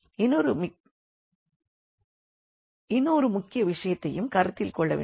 இன்னொரு முக்கிய விஷயத்தையும் கருத்தில் கொள்ள வேண்டும்